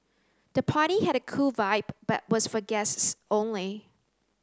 the party had a cool vibe but was for guests only